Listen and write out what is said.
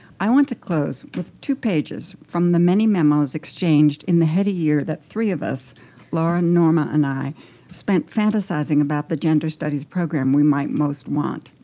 i want to close with two pages from the many memos exchanged in the heady year that three of us lauren, norma and i spent fantasizing about the gender studies program we might most want.